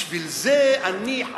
בשביל זה אני,